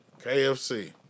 KFC